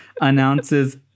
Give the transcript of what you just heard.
announces